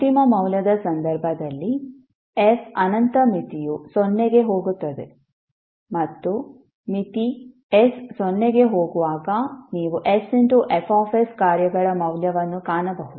ಅಂತಿಮ ಮೌಲ್ಯದ ಸಂದರ್ಭದಲ್ಲಿ f ಅನಂತ ಮಿತಿಯು ಸೊನ್ನೆಗೆ ಹೋಗುತ್ತದೆ ಮತ್ತು ಮಿತಿ s ಸೊನ್ನೆಗೆ ಹೋಗುವಾಗ ನೀವು sFsಕಾರ್ಯಗಳ ಮೌಲ್ಯವನ್ನು ಕಾಣಬಹುದು